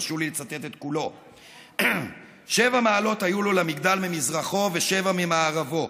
תרשו לי לצטט את כולו: "שבע מעלות היו לו למגדל ממזרחו ושבע ממערבו.